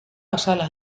azala